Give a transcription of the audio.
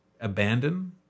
abandon